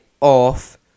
off